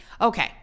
Okay